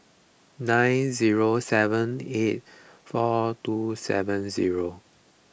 nine zero seven eight four two seven zero